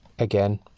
Again